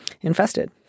infested